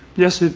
yes. ah